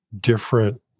different